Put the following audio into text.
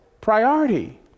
priority